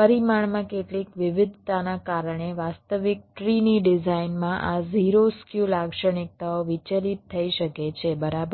પરિમાણમાં કેટલીક વિવિધતાના કારણે વાસ્તવિક ટ્રીની ડિઝાઇનમાં આ 0 સ્ક્યુ લાક્ષણિકતાઓ વિચલિત થઈ શકે છે બરાબર